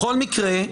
בכל מקרה,